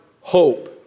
hope